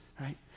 right